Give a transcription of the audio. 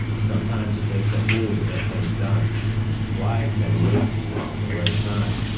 sometimes it takes a fool to get things done wise men wait too long for the right time.